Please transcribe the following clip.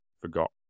forgot